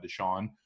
Deshaun